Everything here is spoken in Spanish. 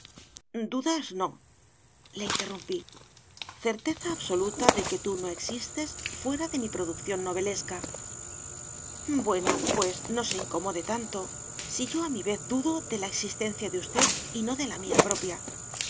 dudas nole interrumpí certeza absoluta de que tú no existes fuera de mi producción novelesca bueno pues no se incomode tanto si yo a mi vez dudo de la existencia de usted y no de la mía propia